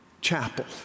chapel